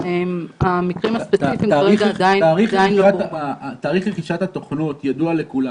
המקרים הספציפיים כרגע עדיין --- תאריך רכישת התוכנות ידוע לכולם.